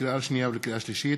לקריאה שנייה ולקריאה שלישית: